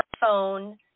phone